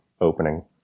opening